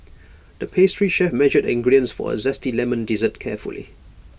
the pastry chef measured ingredients for A Zesty Lemon Dessert carefully